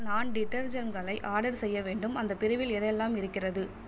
நான் டிடர்ஜெண்ட்களை ஆர்டர் செய்ய வேண்டும் அந்த பிரிவில் எது எல்லாம் இருக்கிறது